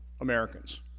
Americans